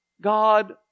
God